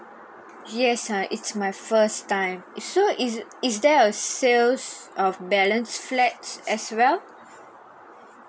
yes ah it's my first time so is it is there a sale um balance flat as well